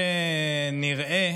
מה שנראה